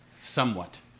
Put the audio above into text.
somewhat